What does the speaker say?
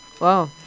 Wow